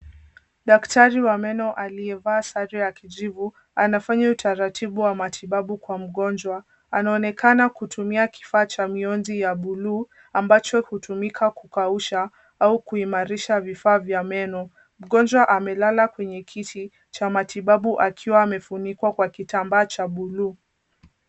Daktari wa meno aliyevaa sare ya kijivu anafanya utaratibu wa matibabu kwa mgonjwa, anaonekana kutumia kifaa cha mionzi ya bluu ambacho hutumika kukausha au kuimarisha vifaa vya meno. Mgonjwa amelala kwenye kiti cha matibabu akiwa amefunikwa kwa kitambaa cha bluu.